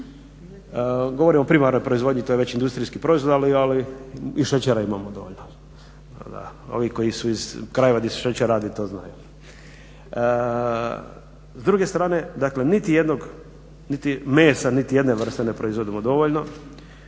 Govorim o primarnoj proizvodnji. To je već industrijski proizvod. Ali i šećera imamo dovoljno. Ovi koji su iz kraja gdje se šećer radi to znaju. S druge strane, dakle niti jednog niti mesa niti jedne vrste ne proizvodimo dovoljno.